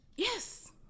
yes